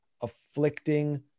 afflicting